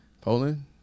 Poland